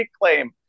claim